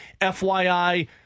FYI